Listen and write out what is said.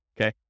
okay